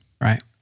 Right